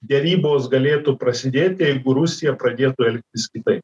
derybos galėtų prasidėti jeigu rusija pradėtų elgtis kitaip